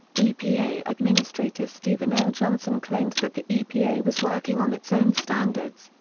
epa administrator stephen l. johnson claimed that the epa was working on its own standards,